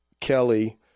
kelly